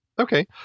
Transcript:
Okay